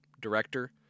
Director